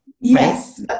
Yes